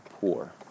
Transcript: poor